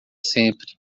sempre